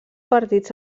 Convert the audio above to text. partits